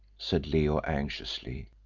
said leo, anxiously.